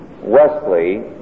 Wesley